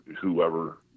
whoever